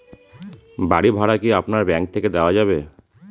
বাড়ী ভাড়া কি আপনার ব্যাঙ্ক থেকে দেওয়া যাবে?